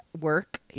work